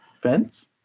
Fence